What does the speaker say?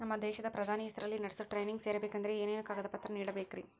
ನಮ್ಮ ದೇಶದ ಪ್ರಧಾನಿ ಹೆಸರಲ್ಲಿ ನಡೆಸೋ ಟ್ರೈನಿಂಗ್ ಸೇರಬೇಕಂದರೆ ಏನೇನು ಕಾಗದ ಪತ್ರ ನೇಡಬೇಕ್ರಿ?